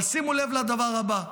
אבל שימו לב לדבר הבא,